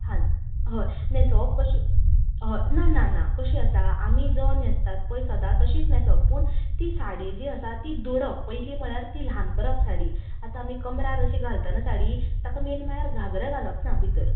हा हय न्हेसोवप कशे हय ना ना ना कशे आसा आमी जो न्हेसतात पय सदांच तशीच न्हेसप पूण साडी जी आसा पळय ती दोडप पयली म्हणल्यार ती ल्हान करप साडी आता आमी कमरार अशी घालतना साडी ताका मेन म्हणल्यार घागरे घालप ना भितर